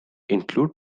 include